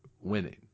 winning